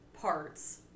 parts